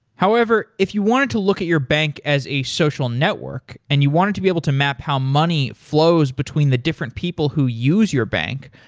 however, if you wanted to look at your bank as a social network and you wanted to be able to map how money flows between the different people who use your bank,